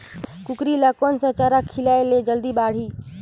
कूकरी ल कोन सा चारा खिलाय ल जल्दी बाड़ही?